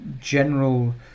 general